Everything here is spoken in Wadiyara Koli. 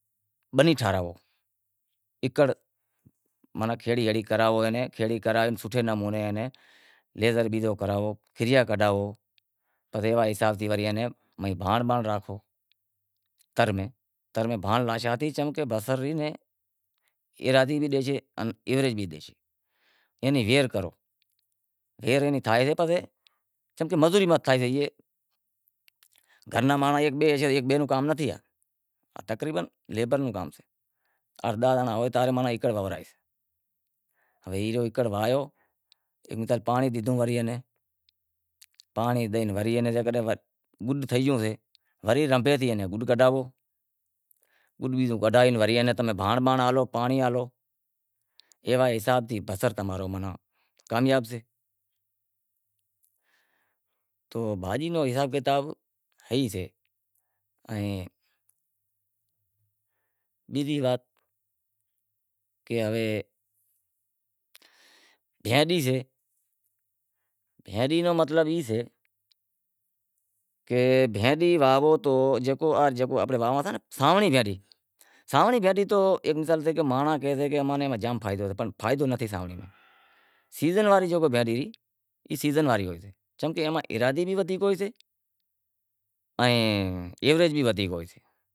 بنی ٹھراووں، ایکڑ ماناں کھیڑی ایڑی کرائو اینے کھیڑی کرائے ماناں سوٹھے نمونے لیزر بیزو کرائو، کھیریا کڈھائو پسے ایوے حساب سیں مہیں بھانڑ بانڑ نانکھو تر میں، تر میں بھانڑ ناشاں تھی چم کہ بصر ری ایراضی بھی ڈیشے، ایوریج بھی ڈیشے اینی ویہر کرو، ویہر بھی تھائیسے چمکہ ویہر مزوری ماہ تھائیسے، گھر را مانڑو ایک بئے ہوئیسیں تو ایک بئے رو کام نتھی، تقریبن لیبر رو کام سے، آٹھ داہ زنڑا ہوئیں تو ایکڑ ویہرائیسیں، ای ایو ایکڑ واہیو، بدہا نی پانڑی ڈیدھو، پانڑی ڈے پسے جیکڈنہں ایئے نیں گڈ تھی گیو تھیشے، پسے رنبے سیں ایئے نیں گڈ کڈھائو، گڈ کڈھائے پسے بھانڑ ہالو پانڑی بانڑی ڈیو، ایوا حساب سیں بصر تمارو ماناں کامیاب سے۔ تو بھاجی رو حساب کتاب ای سے، بیزی وات کہ ہوے کہ بھینڈی سے، بھینڈی رو مطلب ای سے کہ گینڈی واہوو تو جیکی آپیں واہواساں، سانوڑی بھینڈی ایک مثال سے کہ مانڑاں کہیں کہ اماں نیں جام فائدو سے پنڑ فائدو نتھی سیزن واڑی جکو بھینڈی ای سیزن واڑی ہوسے چمکہ ای ماں ایراضی بھی ودھیک ہوئیسے ائیں ایوریج بھی ودھیک ہوئیسے۔